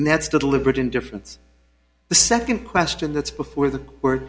and that's the deliberate indifference the second question that's before the word